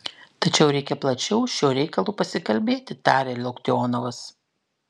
tačiau reikia plačiau šiuo reikalu pasikalbėti tarė loktionovas